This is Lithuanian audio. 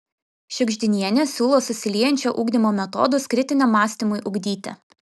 šiugždinienė siūlo susiliejančio ugdymo metodus kritiniam mąstymui ugdyti